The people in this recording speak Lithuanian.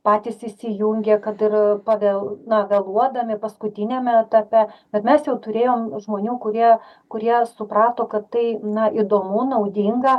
patys įsijungia kad ir pavėl na vėluodami paskutiniame etape bet mes jau turėjom žmonių kurie kurie suprato kad tai na įdomu naudinga